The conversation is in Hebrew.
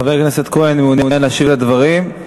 חבר הכנסת כהן מעוניין להשיב על הדברים.